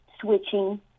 switching